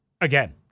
again